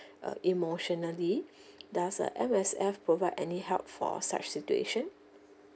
uh emotionally does uh M_S_F provide any help for such situation